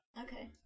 Okay